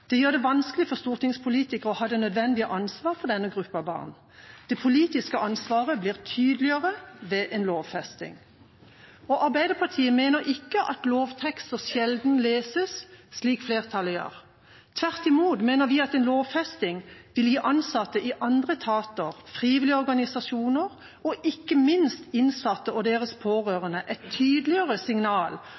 Det gjør det vanskelig for stortingspolitikere å ha det nødvendige ansvar for denne gruppa barn. Det politiske ansvaret blir tydeligere ved en lovfesting. Arbeiderpartiet mener ikke at lovtekster sjelden leses, slik flertallet gjør. Tvert imot mener vi at en lovfesting vil gi ansatte i andre etater, frivillige organisasjoner og ikke minst innsatte og deres pårørende et tydeligere signal